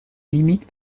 limite